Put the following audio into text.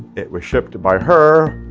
it was shipped by her,